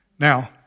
Now